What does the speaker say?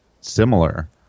similar